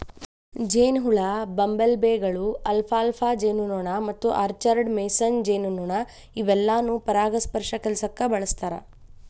ಜೇನಹುಳ, ಬಂಬಲ್ಬೇಗಳು, ಅಲ್ಫಾಲ್ಫಾ ಜೇನುನೊಣ ಮತ್ತು ಆರ್ಚರ್ಡ್ ಮೇಸನ್ ಜೇನುನೊಣ ಇವೆಲ್ಲಾನು ಪರಾಗಸ್ಪರ್ಶ ಕೆಲ್ಸಕ್ಕ ಬಳಸ್ತಾರ